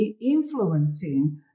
influencing